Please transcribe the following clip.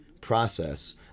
process